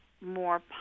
more